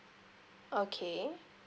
okay